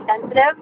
sensitive